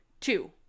Two